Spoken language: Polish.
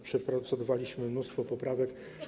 Przeprocedowaliśmy mnóstwo poprawek.